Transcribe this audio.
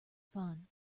fun